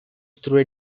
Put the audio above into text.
through